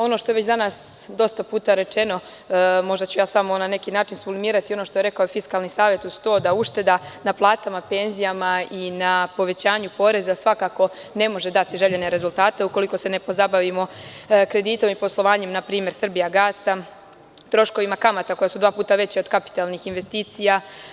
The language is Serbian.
Ono što je već danas dosta puta rečeno, možda ću ja samo na neki način sumirati ono što je rekao Fiskalni savet, uz to da ušteda na platama, penzijama i na povećanju poreza svakako ne može dati željene rezultate, ukoliko se ne pozabavimo kreditom i poslovanjem npr. „Srbijagasa“, troškovima kamata koje su dva puta veće od kapitalnih investicija.